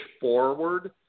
forward